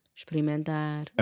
experimentar